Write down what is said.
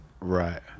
Right